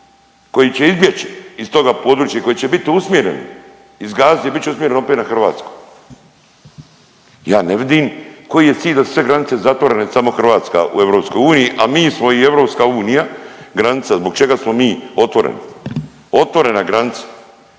koji će izbjeći iz toga područja koji će bit usmjereni iz Gaze i bit će usmjereni opet na Hrvatsku. Ja ne vidim koji je cilj da su sve granice zatvorene, samo Hrvatska u Europskoj uniji, a mi smo i Europska unija granica zbog čega smo mi otvoreni. Otvorena granica.